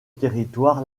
territoire